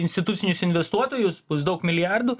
institucinius investuotojus bus daug milijardų